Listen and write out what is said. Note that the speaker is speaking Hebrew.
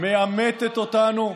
מעמתת אותנו,